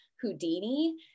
Houdini